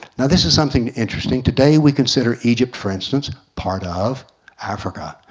now this is something interesting today we consider egypt, for instance part of africa.